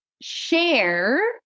share